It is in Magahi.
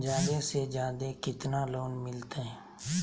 जादे से जादे कितना लोन मिलते?